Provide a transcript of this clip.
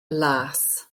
las